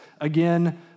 again